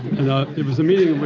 and it was a meeting